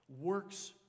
works